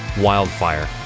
wildfire